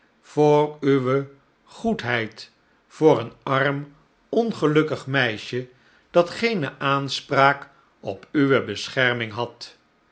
voor uwe goedheid voor een arm ongelukkig meisje dat geene aanspraak op uwe bescherming had